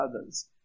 others